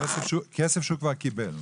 כסף שהוא כבר קיבל,